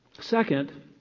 Second